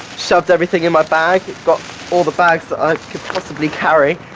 shoved everything in but bag, got all the bags i could possibly carry.